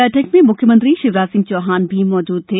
बैठक में म्ख्यमंत्री शिवराज सिंह चौहान भी मौजूद थे